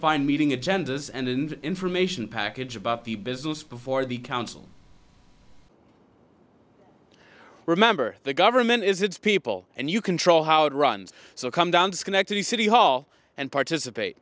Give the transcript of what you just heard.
find meeting agendas and information package about the business before the council remember the government is its people and you control how it runs so come down to schenectady city hall and participate